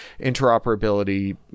interoperability